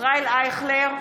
ישראל אייכלר,